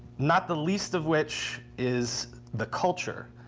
not the least of which is the culture.